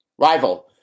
Rival